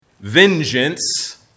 Vengeance